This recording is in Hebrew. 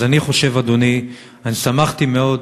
אז אני חושב, אדוני, אני שמחתי מאוד,